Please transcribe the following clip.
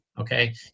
okay